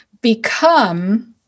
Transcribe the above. become